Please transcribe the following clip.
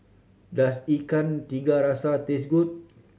does Ikan Tiga Rasa taste good